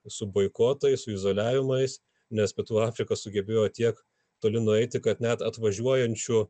su boikotais su izoliavimais nes pietų afrika sugebėjo tiek toli nueiti kad net atvažiuojančių